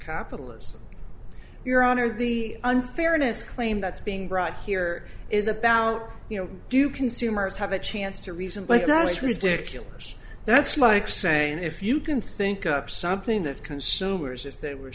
capitalism your honor the unfairness claim that's being brought here is about you know do consumers have a chance to reason but that's ridiculous that's like saying if you can think up something that consumers if they were